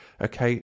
okay